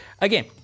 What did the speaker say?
Again